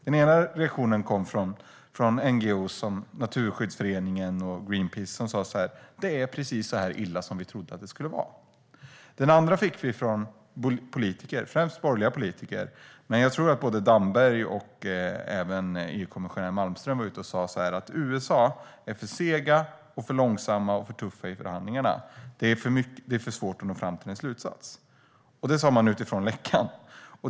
Den ena reaktionen kom från NGO:er som Naturskyddsföreningen och Greenpeace, som sa: Det är precis så illa som vi trodde att det skulle vara. Den andra reaktionen fick vi från politiker. Det var främst borgerliga politiker, men jag tror att även Damberg och EU-kommissionären Malmström var ute och sa samma sak - att USA är för segt, för långsamt och för tufft i förhandlingarna och att det är för svårt att nå fram till en slutsats. Det sa man utifrån läckan.